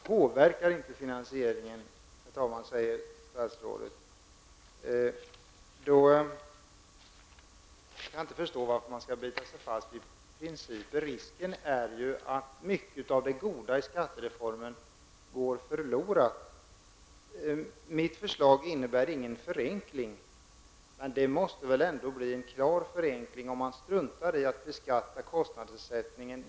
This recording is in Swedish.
Herr talman! Det påverkar inte finansieringen, säger statsrådet. Jag kan inte förstå varför man skall bita sig fast vid principer. Risken är ju att mycket av det goda i skattereformen går förlorat. Mitt förslag innebär ingen förenkling, säger statsrådet vidare. Men det måste väl ändå innebära en förenkling om man struntar i att beskatta kostnadsersättningen?